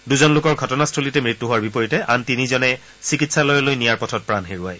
দুজন লোকৰ ঘটনাস্থলীতে মৃত্যু হোৱাৰ বিপৰীতে আন তিনিজনে চিকিৎসালয়লৈ নিয়াৰ পথত প্ৰাণ হেৰুৱায়